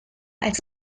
als